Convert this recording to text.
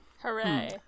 Hooray